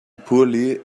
poorly